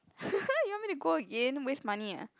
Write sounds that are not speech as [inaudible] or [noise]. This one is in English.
[laughs] you want me to go again waste money ah